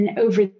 over